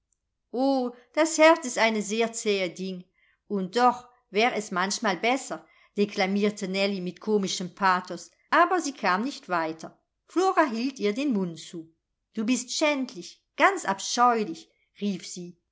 o das herz ist eine sehr zähe ding und doch wär es manchmal besser deklamierte nellie mit komischem pathos aber sie kam nicht weiter flora hielt ihr den mund zu du bist schändlich ganz abscheulich rief sie